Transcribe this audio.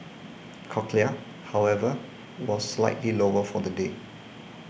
cochlear however was slightly lower for the day